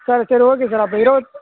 sir சரி okay sir அப்போ இருபத்